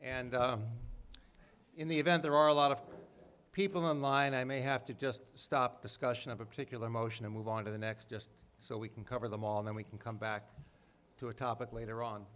and in the event there are a lot of people in line i may have to just stop discussion of a particular motion and move on to the next just so we can cover them all and we can come back to a topic later on